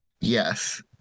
Yes